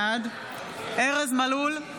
בעד ארז מלול,